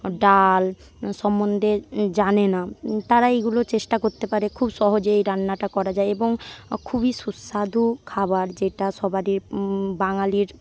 ডাল সম্বন্ধে জানে না তারা এইগুলো চেষ্টা করতে পারে খুব সহজে এই রান্নাটা করা যায় এবং খুবই সুস্বাদু খাবার যেটা সবারই বাঙালির